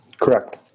Correct